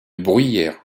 bruyères